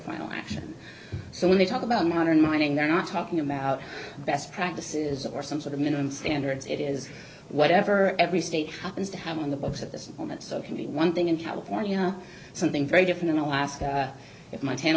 final action so when they talk about modern mining they're not talking about best practices or some sort of minimum standards it is whatever every state happens to have on the books at the moment so can be one thing in california something very different in alaska it might